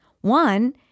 One